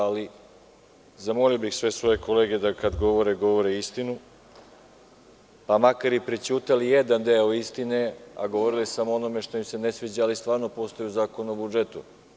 Zamolio bih sve svoje kolege da kada govore, govore istinu, pa makar i prećutali jedan deo istine, a govore samo ono što im se ne sviđa, ali stvarno postoji u Zakonu o budžetu.